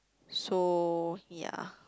so ya